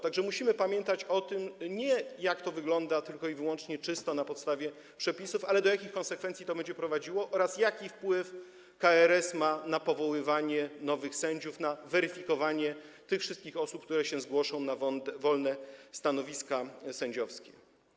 Tak że musimy pamiętać nie tylko o tym, jak to wygląda tylko i wyłącznie na podstawie przepisów, lecz także o tym, do jakich konsekwencji to będzie prowadziło oraz jaki wpływ ma KRS na powoływanie nowych sędziów, na weryfikowanie tych wszystkich osób, które się zgłoszą na wolne stanowiska sędziowskie.